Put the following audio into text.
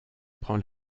prend